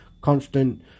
constant